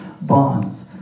bonds